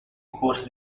курс